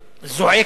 זועקת,